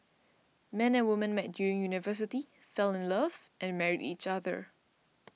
man and woman met during university fell in love and married each other